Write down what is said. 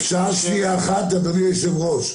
אדוני היושב-ראש,